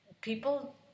people